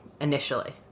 initially